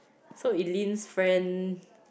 so Eileen's friend